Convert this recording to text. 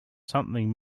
something